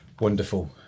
Wonderful